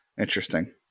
Interesting